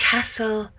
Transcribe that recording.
Castle